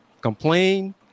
complain